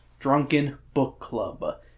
drunkenbookclub